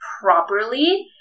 properly